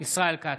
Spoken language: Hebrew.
ישראל כץ,